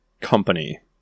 company